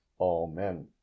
Amen